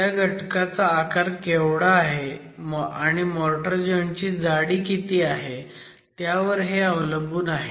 त्या घटकाचा आकार केवढा आहे आणि मोर्टर जॉईंट ची जाडी किती आहे त्यावर हे अवलंबून आहे